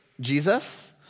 Jesus